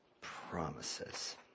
promises